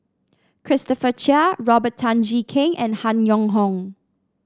Christopher Chia Robert Tan Jee Keng and Han Yong Hong